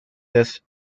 this